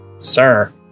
Sir